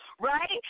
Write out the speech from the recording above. right